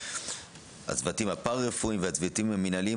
הצוותים הפרא רפואיים והצוותים המנהליים,